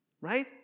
right